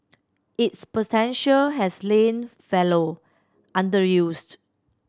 its potential has lain fallow underused